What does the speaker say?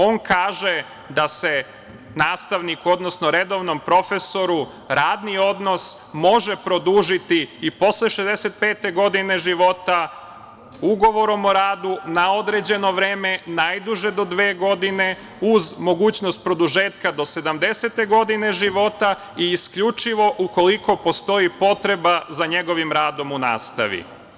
On kaže da se nastavnik, odnosno redovnom profesoru radni odnos može produžiti i posle 65 godine života ugovorom o radu na određeno vreme, najduže do dve godine uz mogućnost produžetka do sedamdesete godine života i isključivo ukoliko postoji potreba za njegovim radom u nastavi.